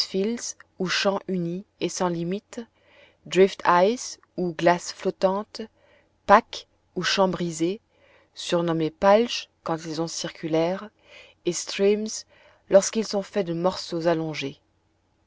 ou champs unis et sans limites drift ice ou glaces flottantes packs ou champs brisés nommés palchs quand ils sont circulaires et streams lorsqu'ils sont faits de morceaux allongés